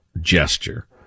gesture